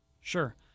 Sure